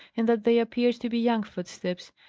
and that they appeared to be young footsteps.